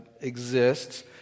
exists